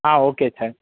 ah okay sir